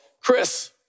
Chris